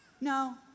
no